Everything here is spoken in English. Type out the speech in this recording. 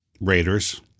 Raiders